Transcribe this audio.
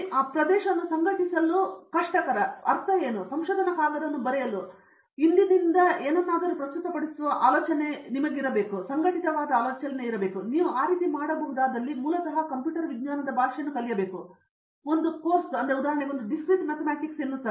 ಆ ಪ್ರದೇಶವನ್ನು ಸಂಘಟಿಸಲು ಏನು ಅರ್ಥ ನಾನು ಸಂಶೋಧನಾ ಕಾಗದವನ್ನು ಬರೆಯಲು ಅಥವಾ ಇಂದಿನಿಂದ ಏನನ್ನಾದರೂ ಪ್ರಸ್ತುತಪಡಿಸಲು ಆಲೋಚನೆಯು ಸಂಘಟಿತವಾಗಿರಬೇಕು ಮತ್ತು ನೀವು ಮಾಡಬಹುದಾದ ರೀತಿಯಲ್ಲಿ ಮೂಲತಃ ಕಂಪ್ಯೂಟರ್ ವಿಜ್ಞಾನದ ಭಾಷೆಯನ್ನು ಕಲಿಯುವುದು ಮತ್ತು ಒಂದು ಕೋರ್ಸ್ ಅನ್ನು ಡಿಸ್ಕ್ರೀಟ್ ಮ್ಯಾಥಮ್ಯಾಟಿಕ್ಸ್ ಎಂದು ಕರೆಯುತ್ತಾರೆ